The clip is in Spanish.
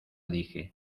dije